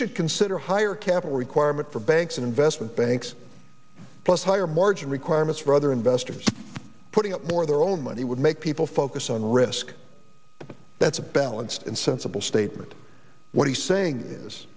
should consider higher capital requirement for banks investment banks plus higher margin requirements for other investors putting up more their own money would make people focus on risk but that's a balanced and sensible statement what he's saying is